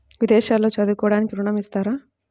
విదేశాల్లో చదువుకోవడానికి ఋణం ఇస్తారా?